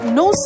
no